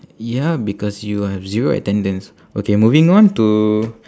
ya because you have zero attendance okay moving on to